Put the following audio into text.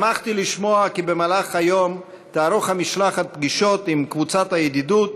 שמחתי לשמוע כי במהלך היום תערוך המשלחת פגישות עם קבוצת הידידות,